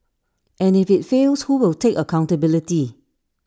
and if IT fails who will take accountability